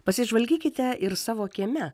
pasižvalgykite ir savo kieme